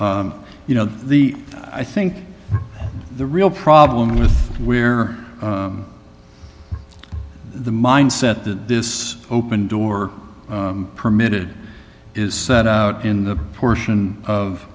you know the i think the real problem with where the mind set that this open door permitted is set out in the portion of